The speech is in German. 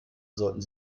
sollten